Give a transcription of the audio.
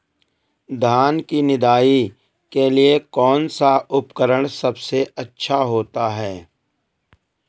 धान की निदाई के लिए कौन सा उपकरण सबसे अच्छा होता है?